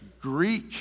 Greek